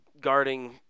guarding